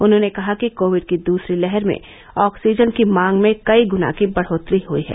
उन्होंने कहा कि कोविड की दूसरी लहर में ऑक्सीजन की मांग में कई गुना की बढ़ोत्तरी हुयी है